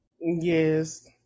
Yes